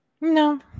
No